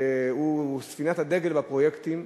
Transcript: שהוא ספינת הדגל בפרויקטים,